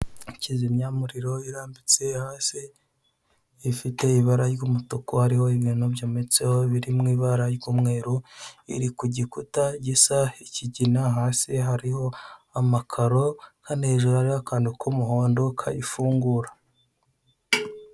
Ikizimyamuriro irambitse hasi ifite ibara ry'umutuku hariho ibintu byometseho biri mu ibara ry'umweru, iri ku gikuta gisa ikigina hasi hariho amakaro hano hejuru hariho akantu k'umuhondo kayifungura.